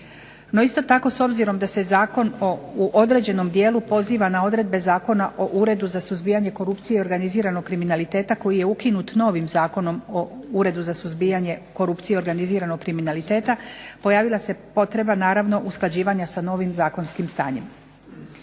No, isto tako s obzirom da se zakon u određenom dijelu poziva na odredbe Zakona o uredu za suzbijanje korupcije i organiziranog kriminaliteta koji je ukinut novim Zakonom o Uredu za suzbijanje korupcije i organiziranog kriminaliteta pojavila se potreba naravno usklađivanja sa novim zakonskim stanjem.